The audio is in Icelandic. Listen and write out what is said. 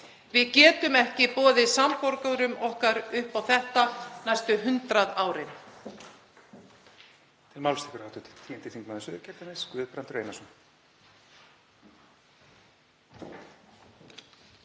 Við getum ekki boðið samborgurum okkar upp á þetta næstu 100 árin.